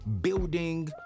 building